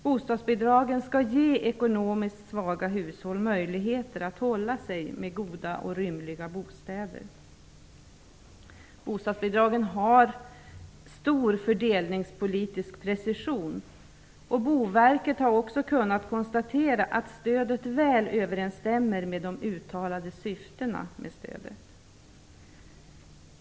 Bostadsbidragen skall ge ekonomiskt svaga hushåll möjligheter att hålla sig med goda och rymliga bostäder. Bostadsbidragen har stor fördelningspolitisk precision. Boverket har också kunnat konstatera att stödet väl överensstämmer med de uttalade syftena med stödet.